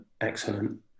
excellent